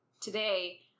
today